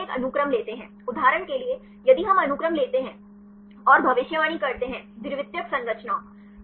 वे पहले एक अनुक्रम लेते हैं उदाहरण के लिए यदि हम अनुक्रम लेते हैं और भविष्यवाणी करते हैं द्वितीयक संरचनाओं